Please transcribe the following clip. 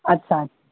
अच्छा